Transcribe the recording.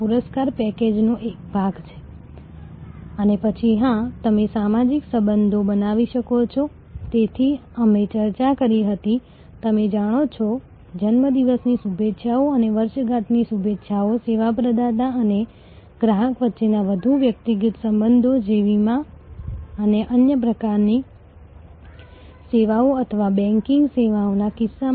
હવે રોજની ઘણી સેવા સંસ્થાઓ તે નિયમિતપણે કરે છે કે તમારા જન્મદિવસ પર તમને શુભેચ્છા પાઠવે છે અને તમારી વર્ષગાંઠ પર તમને કાર્ડ મોકલે છે કદાચ તેઓ જો તમે ઉચ્ચ મૂલ્યના ગ્રાહક છો તો તેઓ તમને સામાજિક પ્રસંગોએ કેટલીક ભેટ અથવા કેટલાક ફૂલો મોકલશે